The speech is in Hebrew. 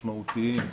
משמעותיים,